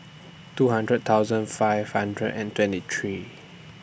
two hundred thousand five hundred and twenty three